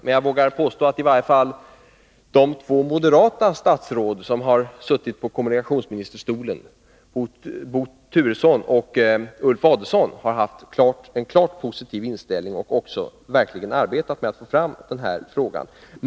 Men jag vågar påstå att i varje fall de två moderata statsråd som suttit på kommunikationsministerstolen, Bo Turesson och Ulf Adelsohn, haft en klart positiv inställning och också verkligen arbetat för att föra den här frågan framåt.